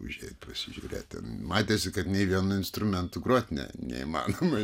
užeiti pasižiūrėti matėsi kad nei vienu instrumentu groti ne neįmanoma